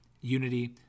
Unity